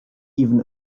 even